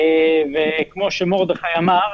כמו שמרדכי אמר,